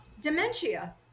dementia